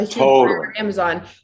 Amazon